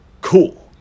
Cool